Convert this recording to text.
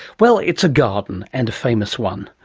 well, it's a garden, and a famous one.